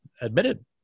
admitted